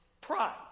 pride